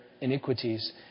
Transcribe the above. iniquities